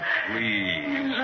please